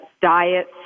diet